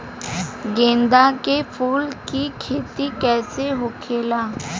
गेंदा के फूल की खेती कैसे होखेला?